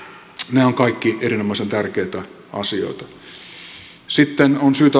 nämä ovat kaikki erinomaisen tärkeitä asioita sitten on syytä